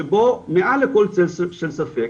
שבו מעל כל צל של ספק,